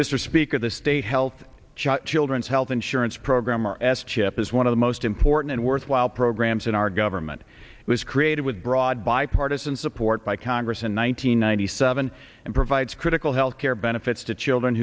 mr speaker the state health children's health insurance program are s chip is one of the most important and worthwhile programs in our government was created with broad bipartisan support by congress in one thousand nine hundred seven and provides critical health care benefits to children